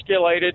escalated